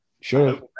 Sure